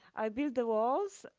i build the walls